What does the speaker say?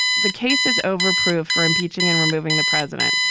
the case is over, approve for impeaching and removing the president.